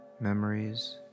memories